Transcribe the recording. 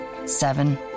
seven